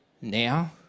now